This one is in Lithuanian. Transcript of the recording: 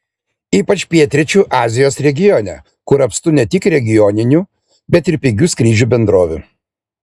ypač pietryčių azijos regione kur apstu ne tik regioninių bet ir pigių skrydžių bendrovių